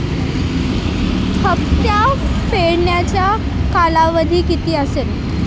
हप्ता फेडण्याचा कालावधी किती असेल?